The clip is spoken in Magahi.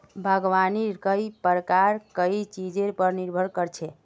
बागवानीर कई प्रकार कई चीजेर पर निर्भर कर छे